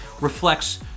reflects